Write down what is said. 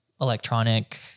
electronic